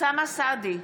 אוסאמה סעדי,